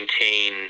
maintain